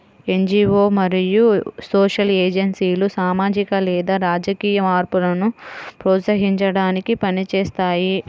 NGO మరియు social ఏజెన్సీలు సామాజిక లేదా రాజకీయ మార్పును ప్రోత్సహించడానికి పని చేస్తాయి